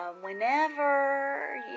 whenever